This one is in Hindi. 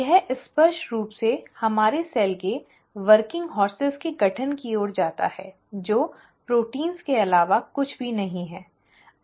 यह स्पष्ट रूप से हमारे सेल के वर्किंग हॉर्स के गठन की ओर जाता है जो प्रोटीन के अलावा कुछ भी नहीं है